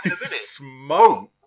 smoke